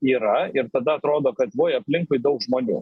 yra ir tada atrodo kad oj aplinkui daug žmonių